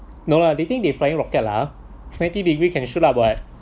no lah they think they flying rocket lah ninety degree can shoot up what